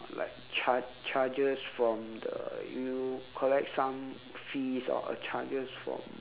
like charge charges from the you collect some fees or a charges from